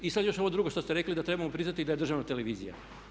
I sad još ovo drugo što ste rekli da trebamo priznati da je državna televizija.